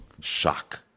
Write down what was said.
shock